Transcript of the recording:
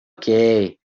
nothing